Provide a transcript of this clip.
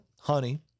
honey